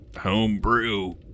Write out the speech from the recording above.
Homebrew